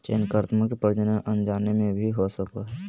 चयनात्मक प्रजनन अनजाने में भी हो सको हइ